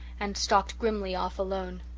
and stalked grimly off alone.